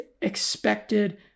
expected